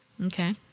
Okay